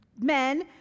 men